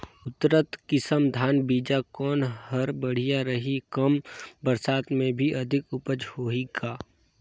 उन्नत किसम धान बीजा कौन हर बढ़िया रही? कम बरसात मे भी अधिक उपज होही का?